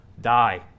die